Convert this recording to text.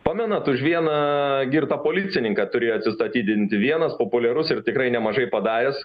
pamenat už vieną girtą policininką turėjo atsistatydinti vienas populiarus ir tikrai nemažai padaręs